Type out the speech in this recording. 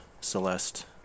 Celeste